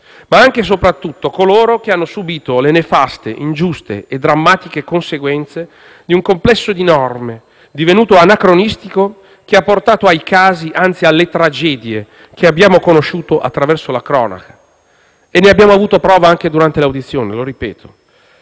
ma anche e soprattutto coloro che hanno subìto le nefaste, ingiuste e drammatiche conseguenze di un complesso di norme divenuto anacronistico, che ha portato ai casi, anzi alle tragedie, che abbiamo conosciuto attraverso la cronaca; e ne abbiamo avuto prova anche durante le audizioni, lo ripeto.